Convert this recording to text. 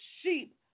sheep